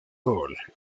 gol